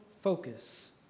focus